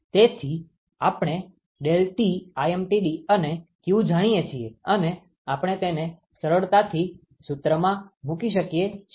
તેથી આપણે ∆Tlmtd અને q જાણીએ છીએ અને આપણે તેને સરળતાથી સૂત્રમાં મૂકી શકીએ છીએ